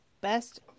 best